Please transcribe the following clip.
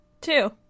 two